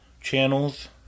channels